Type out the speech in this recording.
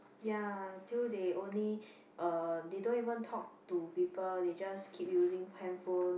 ya till they only uh they don't even talk to people they just keep using handphone